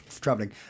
traveling